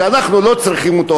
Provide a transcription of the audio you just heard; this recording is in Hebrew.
שאנחנו לא צריכים אותו,